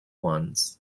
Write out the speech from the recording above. ones